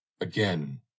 Again